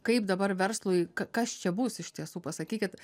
kaip dabar verslui ka kas čia bus iš tiesų pasakykit